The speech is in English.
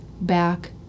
back